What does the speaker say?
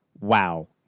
wow